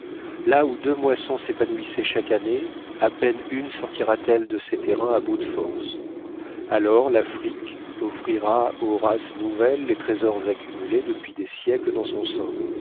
là où deux moissons s'épanouissaient chaque année à peine une sortira t elle de ces terrains à bout de forces alors l'afrique offrira aux races nouvelles les trésors accumulés depuis des siècles dans son sein